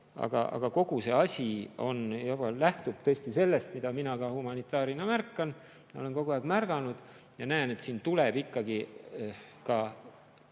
Aga kogu see asi juba lähtub sellest, mida mina ka humanitaarina märkan, olen kogu aeg märganud: ma näen, et siin tuleb ikkagi,